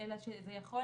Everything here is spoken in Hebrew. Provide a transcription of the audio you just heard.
אלא שזה יכול